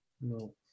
No